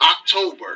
October